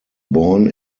born